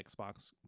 Xbox